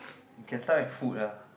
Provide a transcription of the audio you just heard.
you can start with food lah